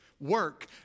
work